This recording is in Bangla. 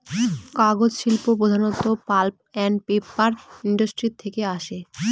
কাগজ শিল্প প্রধানত পাল্প আন্ড পেপার ইন্ডাস্ট্রি থেকে আসে